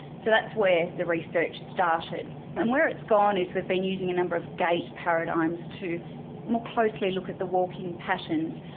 so that's where the research started and where it's gone is we've been using a number of gait paradigms to more closely look at the walking patterns.